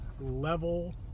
level